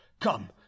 come